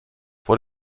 vor